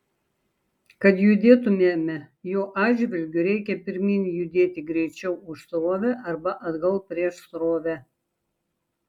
kad judėtumėme jo atžvilgiu reikia pirmyn judėti greičiau už srovę arba atgal prieš srovę